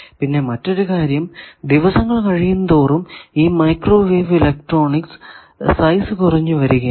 പിന്നെ മറ്റൊരു കാര്യം ദിവസങ്ങൾ കഴിയും തോറും ഈ മൈക്രോവേവ് ഇലക്ട്രോണിക്സ് സൈസ് കുറഞ്ഞു വരികയാണ്